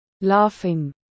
Laughing